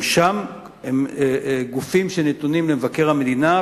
גם הם גופים שנתונים לביקורת מבקר המדינה,